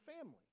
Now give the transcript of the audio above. family